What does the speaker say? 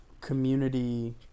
community